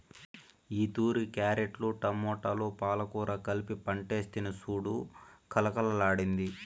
ఈతూరి క్యారెట్లు, టమోటాలు, పాలకూర కలిపి పంటేస్తిని సూడు కలకల్లాడ్తాండాది